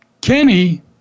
Kenny